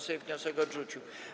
Sejm wniosek odrzucił.